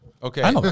Okay